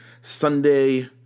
Sunday